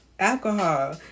Alcohol